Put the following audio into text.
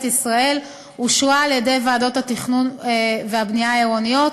ישראל אושרה על-ידי ועדות התכנון והבנייה העירוניות,